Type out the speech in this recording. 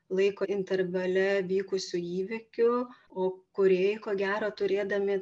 laiko intervale vykusių įvykių o kūrėjai ko gero turėdami